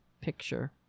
picture